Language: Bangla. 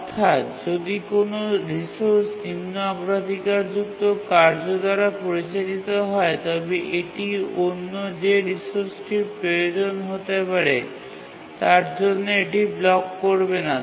অর্থাত্ যদি কোনও রিসোর্স নিম্ন অগ্রাধিকারযুক্ত কার্য দ্বারা পরিচালিত হয় তবে এটি অন্য যে রিসোর্সটির প্রয়োজন হতে পারে তার জন্য এটি ব্লক করবে না